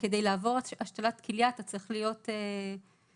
כדי לעבור השתלת כליה צריך להיות כשיר,